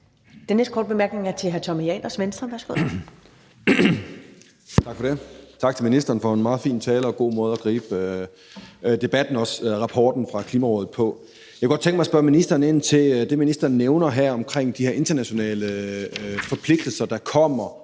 Den næste korte bemærkning er til hr. Tommy Ahlers, Venstre.